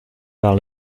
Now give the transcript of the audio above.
par